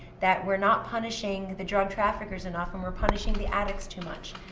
that we're not punishing the drug traffickers enough, and we're punishing the addicts too much.